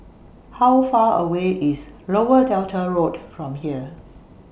How Far away IS Lower Delta Road from here